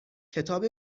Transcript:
کتاب